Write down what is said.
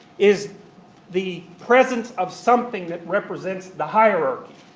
is the presence of something that represents the hierarchy.